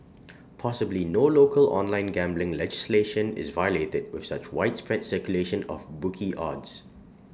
possibly no local online gambling legislation is violated with such widespread circulation of bookie odds